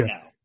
now